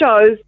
shows